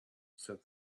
said